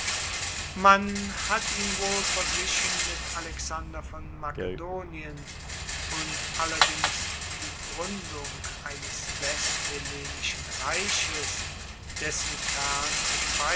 man hat ihn wohl verglichen mit alexander von makedonien und allerdings die gruendung eines westhellenischen reiches dessen kern